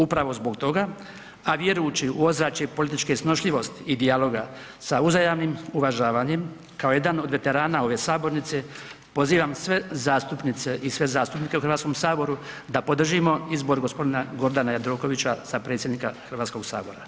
Upravo zbog toga, a vjerujući u ozračje političke snošljivosti i dijaloga sa uzajamnim uvažavanjem kao jedan od veterana ove sabornice pozivam sve zastupnice i sve zastupnike u Hrvatskom saboru da podržimo izbor gospodina Gordana Jandrokovića za predsjednika Hrvatskog sabora.